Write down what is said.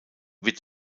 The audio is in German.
wird